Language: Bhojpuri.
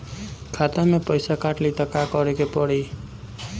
खाता से पैसा काट ली त का करे के पड़ी?